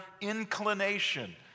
inclination